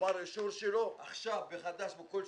נגמר האישור שלו עכשיו בחודש-חודשיים